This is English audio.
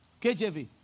KJV